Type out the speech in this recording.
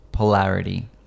polarity